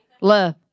love